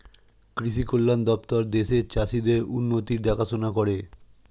কৃষি কল্যাণ দপ্তর দেশের চাষীদের উন্নতির দেখাশোনা করে